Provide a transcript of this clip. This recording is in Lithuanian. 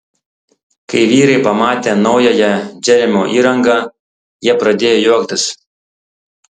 kai vyrai pamatė naująją džeremio įrangą jie pradėjo juoktis